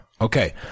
Okay